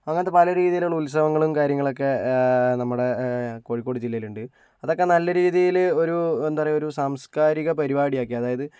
അങ്ങനത്തെ പല രീതിയിലുള്ള ഉത്സവങ്ങളും കാര്യങ്ങളൊക്കെ നമ്മുടെ കോഴിക്കോട് ജില്ലയിൽ ഉണ്ട് അതൊക്കെ നല്ല രീതിയിൽ ഒരു എന്താ പറയുക ഒരു സാംസ്കാരിക പരിപാടിയാക്കി അതായത്